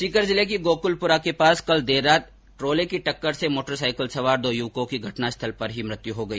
सीकर जिले की गोकुलपुरा के पास कल देर रात ट्रोले की टक्कर से मोटरसाईकिल सवार दो युवकों की घटना स्थल पर ही मृत्यु हो गई